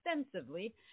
extensively